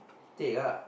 take lah